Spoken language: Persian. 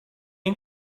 این